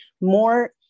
more